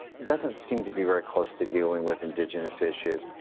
doesn't seem to be very close to dealing with indigenous issues,